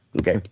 Okay